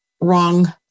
wrong